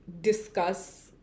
discuss